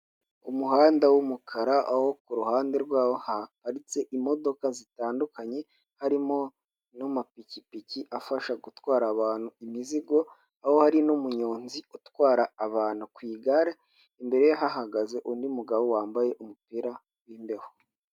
Umuhanda w'umukara aho ku ruhande rwawo haparitse imodoka zitandukanye, harimo n'amapikipiki afasha gutwara abantu imizigo, aho hari n'umuyonzi utwara abantu ku igare, imbere ye hahagaze undi mugabo wambaye umupira w'imbeho.